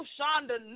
Shonda